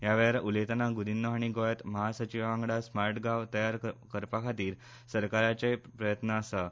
ह्या वेळार उलयतना ग्रदिन्य हांणी गोंयांत म्हासचीव वांगडा स्मार्ट गांव तयार करपा खातीर सरकाराचे यत्न आसात